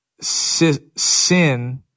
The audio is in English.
sin